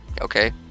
Okay